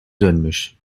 dönmüş